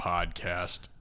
Podcast